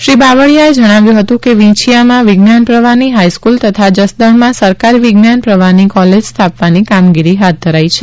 શ્રી બાવળીયાએ જણાવ્યું હતું કે વિંછીયામાં વિજ્ઞાન પ્રવાહની હાઇસ્કુલ તથા જસદણમાં સરકારી વિજ્ઞાન પ્રવાહની કોલેજ સ્થાપવાની કામગીરી હાથ ધરાઇ છે